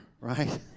right